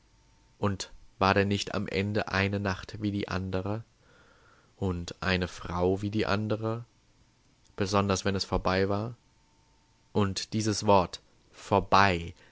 und war denn nicht am ende eine nacht wie die andere und eine frau wie die andere besonders wenn es vorbei war und dieses wort vorbei